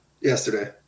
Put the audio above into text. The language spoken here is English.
Yesterday